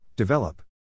Develop